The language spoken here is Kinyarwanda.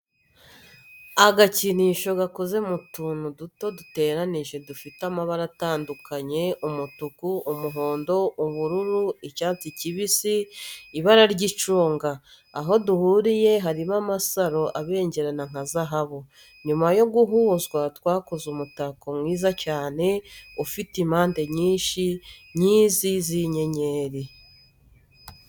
Agakinisho gakoze mu tuntu duto duteranyije dufite amabara atandukanye umutuku, umuhondo, ubururu, icyatsi kibisi, ibarara ry'icunga, aho duhuriye harimo amasaro abengerana nka zahabu, nyuma yo guhuzwa twakoze umutako mwiza cyane ufite impande nyinshi nk'izi z'inyenyeri.